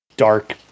dark